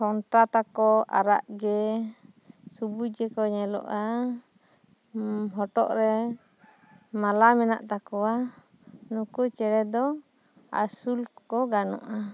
ᱴᱷᱚᱱᱴᱟ ᱛᱟᱠᱚ ᱟᱨᱟᱜ ᱜᱮ ᱥᱩᱵᱩᱡᱽ ᱜᱮᱠᱚ ᱧᱮᱞᱚᱜ ᱟ ᱦᱚᱴᱚᱜ ᱨᱮ ᱢᱟᱞᱟ ᱢᱮᱱᱟᱜ ᱛᱟᱠᱚᱣᱟ ᱱᱩᱠᱩ ᱪᱮᱬᱮ ᱫᱚ ᱟᱹᱥᱩᱞ ᱠᱚ ᱜᱟᱱᱚᱜᱼᱟ